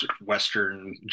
Western